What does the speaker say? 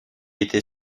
était